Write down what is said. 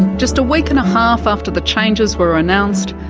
just a week-and-a-half after the changes were announced,